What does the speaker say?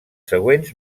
següents